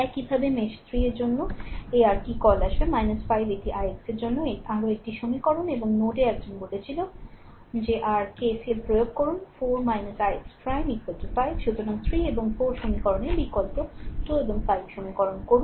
একইভাবে মেশ 3 এর জন্য এই আর কি কল আসবে 5 এটি ix এর জন্য আরও একটি সমীকরণ এবং নোডে একজন বলেছিল যে আর কে KCLপ্রয়োগ করুন 4 ix 5 সুতরাং 3 এবং 4 সমীকরণের বিকল্প 2 এবং 5 সমীকরণ করুন